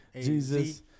Jesus